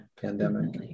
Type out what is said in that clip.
pandemic